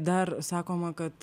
dar sakoma kad